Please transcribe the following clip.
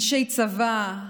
אנשי צבא,